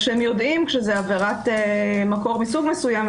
כשהם יודעים שזה עבירת מקור מסוג מסוים,